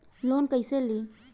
Loan कईसे ली?